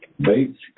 Bates